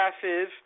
passes